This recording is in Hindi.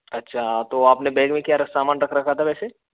अच्छा तो अपने बैग में क्या सामान रख रखा था वैसे